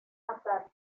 natal